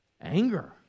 anger